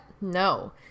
No